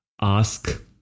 ask